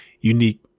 unique